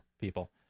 people